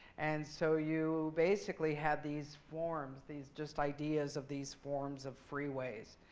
and so you basically have these forms, these just ideas of these forms of freeways.